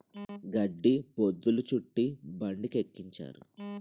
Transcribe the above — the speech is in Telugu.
గడ్డి బొద్ధులు చుట్టి బండికెక్కించారు